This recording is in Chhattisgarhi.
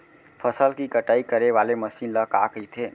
फसल की कटाई करे वाले मशीन ल का कइथे?